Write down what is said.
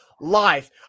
life